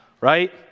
right